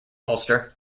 ulster